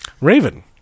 Raven